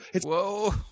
Whoa